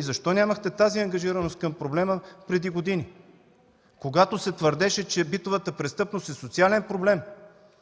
Защо нямахте тази ангажираност към проблема преди години, когато се твърдеше, че битовата престъпност е социален проблем